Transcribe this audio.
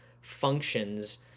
functions